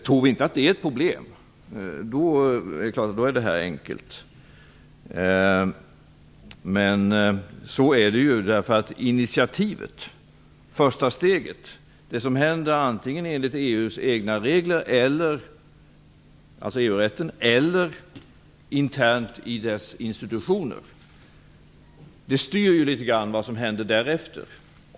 Tror vi inte att det är ett problem, då är det klart att det här är enkelt, men faktum är att det är ett problem. Initiativet, första steget, det som händer antingen enligt EU:s egna regler, alltså EU-rätten, eller internt i dess institutioner, styr litet grand vad som händer därefter.